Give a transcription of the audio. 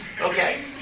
Okay